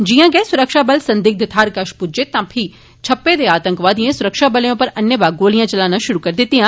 जियां गै सुरक्षाबल संदिग्ध थाहर कश पुज्जे तां फ्ही छप्पे दे आतंकवादिएं सुरक्षाबलें उप्पर अन्नेबाह् गोलिया चलाना शुरू करी दित्तिआ